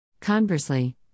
Conversely